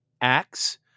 Acts